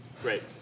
Great